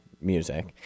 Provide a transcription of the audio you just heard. music